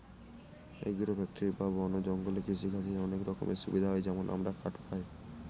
agro forestry বা বন জঙ্গলে কৃষিকাজের অনেক রকমের সুবিধা হয় যেমন আমরা কাঠ পায়